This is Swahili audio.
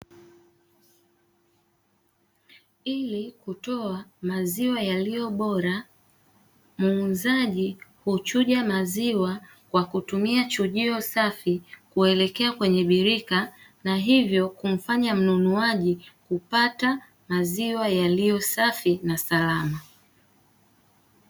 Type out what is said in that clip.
Ili kutoa maziwa yaliyobora muuzaji huchuja maziwa kwa kutumia chujio safi kuelekea kwenye birika na hivyo kumfanya mnunuaji kupata maziwa yaliyosafi na salama.